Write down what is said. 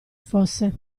fosse